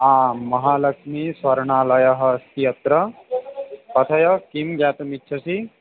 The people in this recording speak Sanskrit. आम् महालक्ष्मीस्वर्णालयः अस्ति अत्र कथय किं ज्ञातुम् इच्छसि